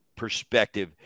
perspective